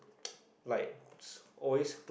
like so always